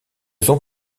sont